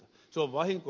se on vahinko